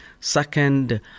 Second